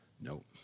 No